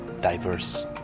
diverse